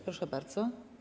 Proszę bardzo.